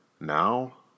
Now